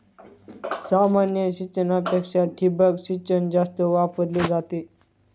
सामान्य सिंचनापेक्षा ठिबक सिंचन जास्त वापरली जाते